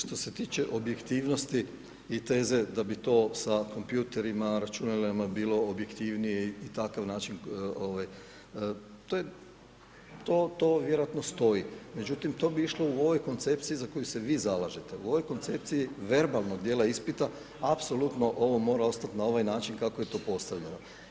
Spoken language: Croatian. Što se tiče objektivnosti i teze da bi to sa kompjuterima, računalima bilo objektivnije i takav način to je, to vjerojatno stoji, međutim to bi išlo u ovoj koncepciji za koju se vi zalažete, u ovoj koncepciji verbalnog dijela ispita apsolutno ovo mora ostat na ovaj način kako je to postavljeno.